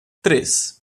três